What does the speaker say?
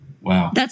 Wow